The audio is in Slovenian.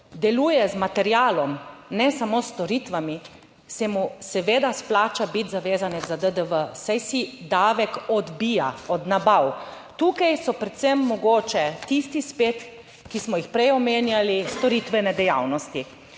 deluje z materialom, ne samo s storitvami, se mu seveda splača biti zavezanec za DDV, saj si davek odbija od nabav. Tukaj so predvsem mogoče tisti spet, ki smo jih prej omenjali storitvene dejavnosti.